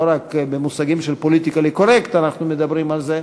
לא רק במושגים של פוליטיקלי-קורקט אנחנו מדברים על זה,